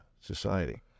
society